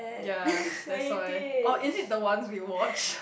yea that's why oh is it the one we watched